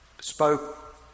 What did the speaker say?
spoke